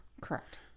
Correct